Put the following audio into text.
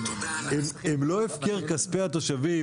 הם לא הפקר כספי התושבים